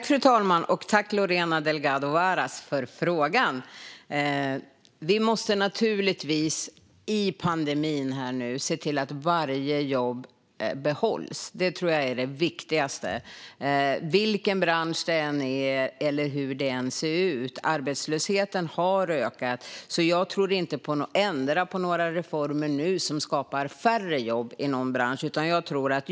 Fru talman! Tack, Lorena Delgado Varas, för frågan! I pandemin måste vi se till att varje jobb behålls. Det tror jag är det viktigaste, vilken bransch det än gäller och hur det än ser ut. Arbetslösheten har ökat. Jag tror därför inte att vi ska ändra på några reformer så att det skapas färre jobb i någon bransch.